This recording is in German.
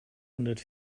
hundert